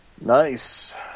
Nice